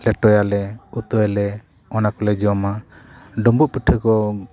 ᱞᱮᱴᱚᱭᱟᱞᱮ ᱩᱛᱩᱭᱟᱞᱮ ᱚᱱᱟ ᱠᱚᱞᱮ ᱡᱚᱢᱟ ᱰᱩᱸᱵᱩᱜ ᱯᱤᱴᱷᱟᱹ ᱠᱚ